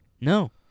No